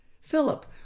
Philip